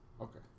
Okay